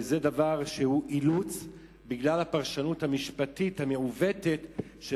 זה דבר שהוא אילוץ בגלל הפרשנות המשפטית המעוותת.